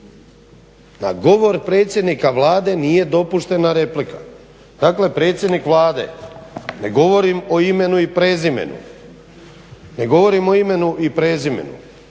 Na govor predsjednika Vlade nije dopuštena replika. Dakle predsjednik Vlade ne govorim o imenu i prezimenu, može ovdje sat vremena